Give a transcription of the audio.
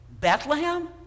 Bethlehem